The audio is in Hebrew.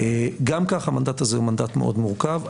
גם כך המנדט הזה הוא מנדט מאוד מורכב.